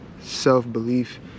self-belief